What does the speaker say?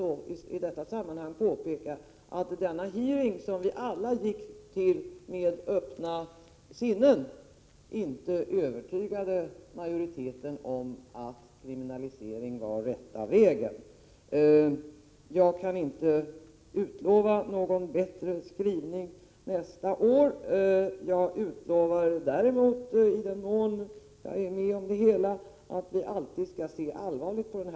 Men låt mig också påpeka att denna hearing, som vi alla gick till med öppna sinnen, inte övertygade majoriteten om att en kriminalisering var den rätta vägen att gå. Jag kan inte utlova en bättre skrivning nästa år. Däremot lovar jag —- i den mån jag är med i fortsättningen — att vi alltid skall se allvarligt på frågan.